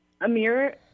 Amir